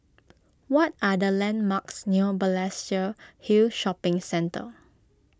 what are the landmarks near Balestier Hill Shopping Centre